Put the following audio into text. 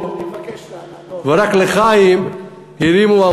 ורק הרימו "לחיים",